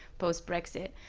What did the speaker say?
post-brexit.